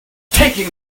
taking